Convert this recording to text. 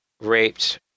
raped